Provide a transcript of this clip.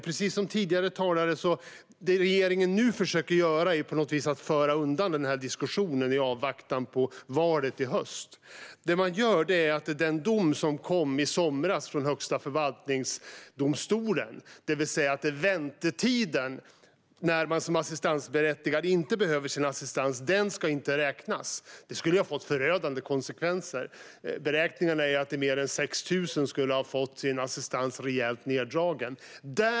Precis som tidigare talare har sagt försöker regeringen nu på något vis att föra undan denna diskussion i avvaktan på valet i höst. Det man gör handlar om den dom som kom i somras från Högsta förvaltningsdomstolen om att väntetiden, när man som assistansberättigad inte behöver sin assistans, inte ska räknas. Det skulle ha fått förödande konsekvenser. Beräkningen är att mer än 6 000 skulle ha fått sin assistans rejält neddragen.